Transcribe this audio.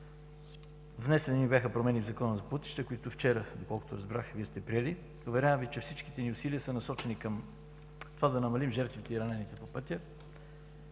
Внесени бяха промени в Закона за пътищата, които вчера, колкото разбрах, Вие сте приели. Уверявам Ви, че всичките ни усилия са насочени към това да намалим жертвите и ранените по пътя.